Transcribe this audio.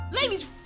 Ladies